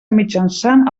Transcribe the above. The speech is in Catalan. mitjançant